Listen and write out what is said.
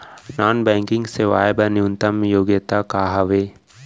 Non banking सेवाएं बर न्यूनतम योग्यता का हावे?